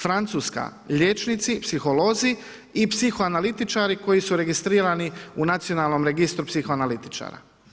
Francuska, liječnici, psiholozi i psihoanalitičari koji su registrirani u nacionalnom registru psihoanalitičara.